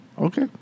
Okay